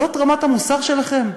זאת רמת המוסר שלכם?